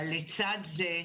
אבל לצד זה,